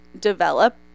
develop